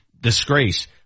disgrace